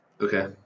Okay